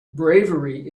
bravery